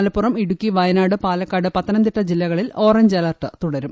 മലപ്പുറം ഇടുക്കി വയനാട് പാലക്കാട് പത്തനംതിട്ട ജില്ലകളിൽ orange alert തുടരും